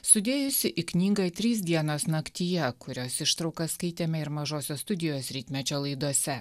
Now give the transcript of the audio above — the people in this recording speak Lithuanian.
sudėjusi į knygą tris dienos naktyje kurios ištraukas skaitėme ir mažosios studijos rytmečio laidose